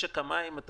היום זה נכון